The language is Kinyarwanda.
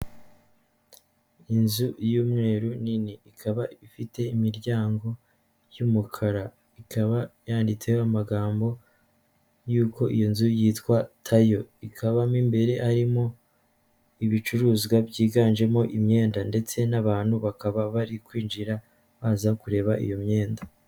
Inzu y'umweru nini, ikaba ifite imiryango y'umukara, ikaba yanditseho amagambo y'uko iyi nzu yitwa "tayo." Ikaba mo imbere harimo ibicuruzwa byiganjemo imyenda ndetse n'abantu bakaba bari kwinjira baza kureba iyo myenda.